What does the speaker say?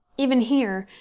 even here,